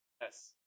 Yes